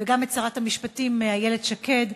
וגם לשרת המשפטים איילת שקד,